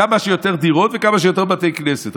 כמה שיותר דירות וכמה שיותר בתי כנסת.